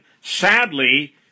sadly